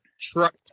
truck